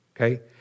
okay